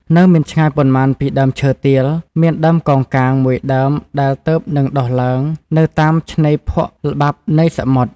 នៅមិនឆ្ងាយប៉ុន្មានពីដើមឈើទាល មានដើមកោងកាង មួយដើមដែលទើបនឹងដុះឡើងនៅតាមឆ្នេរភក់ល្បាប់នៃសមុទ្រ។